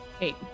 Eight